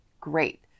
Great